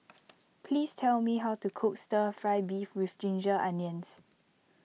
please tell me how to cook Stir Fry Beef with Ginger Onions